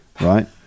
right